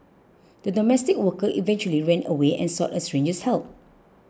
the domestic worker eventually ran away and sought a stranger's help